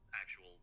actual